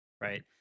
right